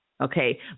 okay